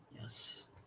Yes